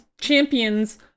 champions